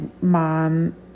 mom